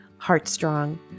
heartstrong